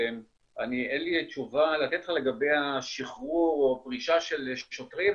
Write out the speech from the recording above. אין לי תשובה לתת לך לגבי השחרור או פרישה של שוטרים,